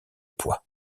poids